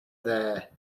there